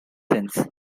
since